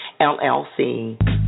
LLC